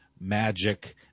magic